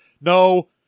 no